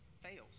fails